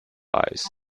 eyes